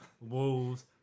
wolves